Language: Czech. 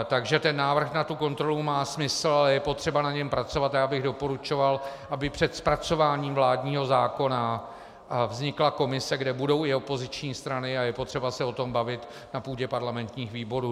Takže návrh na tu kontrolu má smysl a je potřeba na něm pracovat a já bych doporučoval, aby před zpracováním vládního zákona vznikla komise, kde budou i opoziční strany, a je potřeba se o tom bavit na půdě parlamentních výborů.